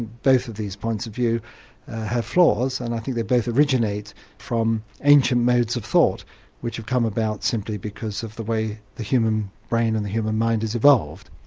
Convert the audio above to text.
both of these points of view have flaws and i think they both originate from ancient modes of thought which have come about simply because of the way the human brain and the human mind has evolved.